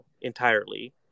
entirely